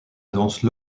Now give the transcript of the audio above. danse